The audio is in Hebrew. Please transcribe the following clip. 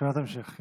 שאלת המשך,